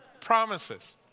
Promises